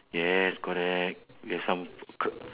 yes correct we have some c~